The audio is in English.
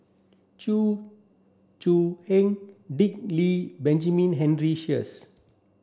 Chew Choo Dick Lee Benjamin Henry Sheares